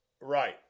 Right